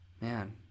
man